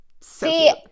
See